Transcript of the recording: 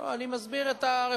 אדוני היושב-ראש, למה לא?